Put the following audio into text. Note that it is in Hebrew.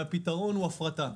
הפתרון הוא הפרטה,